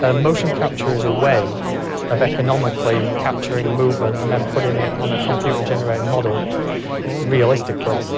ah motion capture is a way of economically capturing movement and then putting it on a computer-generated model realistically,